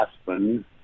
Aspen